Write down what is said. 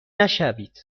نشوید